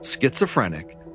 schizophrenic